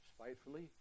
spitefully